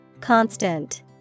Constant